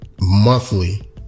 monthly